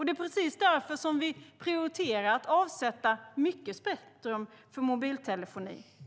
Det är precis därför som vi prioriterar att avsätta mycket spektrum för mobiltelefoni.